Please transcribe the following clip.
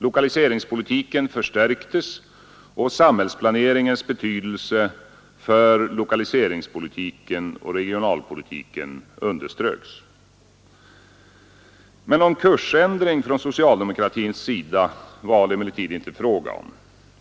Lokaliseringspolitiken förstärktes och samhällsplaneringens betydelse för lokaliseringspolitiken och regionalpolitiken underströks. Någon kursändring från socialdemokratins sida var det emellertid inte fråga om.